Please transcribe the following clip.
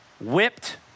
whipped